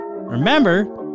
Remember